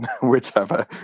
whichever